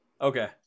okay